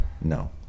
No